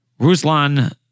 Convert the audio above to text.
Ruslan